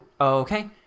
Okay